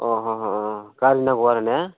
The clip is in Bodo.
अ अ अ गारि नांगौ आरो ने